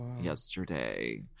yesterday